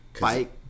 Bike